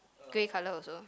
grey colour also